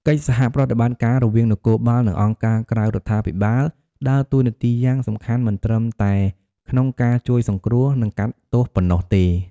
កិច្ចសហប្រតិបត្តិការរវាងនគរបាល និងអង្គការក្រៅរដ្ឋាភិបាលដើរតួនាទីយ៉ាងសំខាន់មិនត្រឹមតែក្នុងការជួយសង្គ្រោះ និងកាត់ទោសប៉ុណ្ណោះទេ។